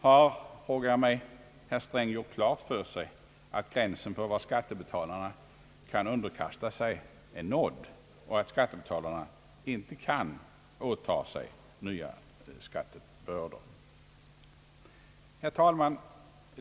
Har herr Sträng gjort klart för sig att gränsen för vad skattebetalarna kan underkasta sig nu torde vara nådd och att skattebetalarna inte kan åtaga sig nya skattebördor? Herr talman!